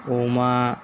अमा